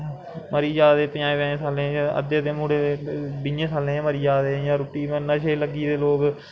मरी जा दे पज़ाहें पज़ाहें सालें दे गै अद्दे ते मुड़े बाहें साल्लें दे गै मरी जा दे इ'यां रुट्टी नशे लग्गी दे लोग